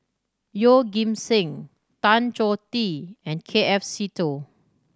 Yeoh Ghim Seng Tan Choh Tee and K F Seetoh